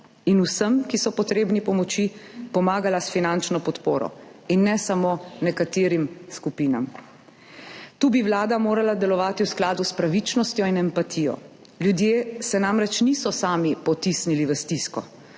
in vsem, ki so potrebni pomoči, pomagala s finančno podporo, ne samo nekaterim skupinam. Tu bi Vlada morala delovati v skladu s pravičnostjo in empatijo. Ljudje se namreč niso sami potisnili v stisko,